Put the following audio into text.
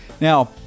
now